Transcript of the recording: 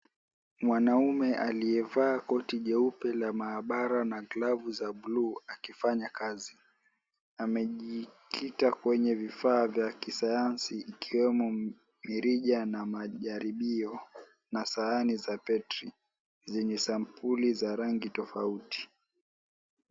Mwanaume aliyevaa koti jeupe la maabara na glavu za bluu akifanya kazi amejikita kwenye vifaa vya kisayansi ikiwemo mirija, na majaribio, na sahani za petri zenye sampuli za rangi tofauti.